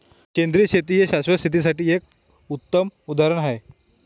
सेंद्रिय शेती हे शाश्वत शेतीसाठी एक उत्तम उदाहरण आहे